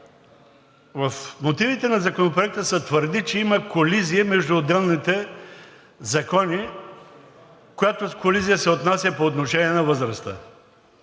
В мотивите на Законопроекта се твърди, че има колизия между отделните закони, която колизия се отнася по отношение на възрастта.